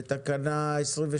לתקנה 22,